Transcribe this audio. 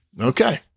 okay